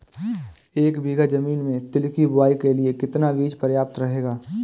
एक बीघा ज़मीन में तिल की बुआई के लिए कितना बीज प्रयाप्त रहेगा?